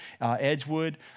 Edgewood